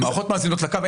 המערכות מאזינות לקו.